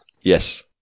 Yes